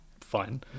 fine